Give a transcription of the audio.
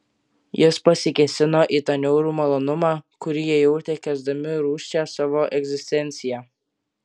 jis pasikėsino į tą niaurų malonumą kurį jie jautė kęsdami rūsčią savo egzistenciją